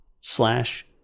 slash